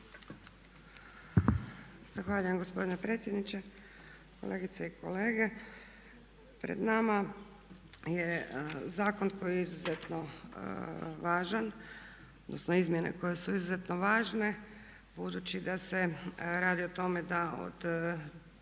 Zahvaljujem gospodine predsjedniče, kolegice i kolege. Pred nama je zakon koji je izuzetno važan, odnosno izmjene koje su izmjeno važne, budući da se radi o tome da od